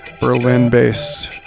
Berlin-based